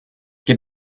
get